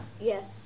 Yes